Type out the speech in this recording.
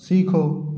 सीखो